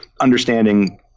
understanding